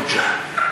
בבקשה,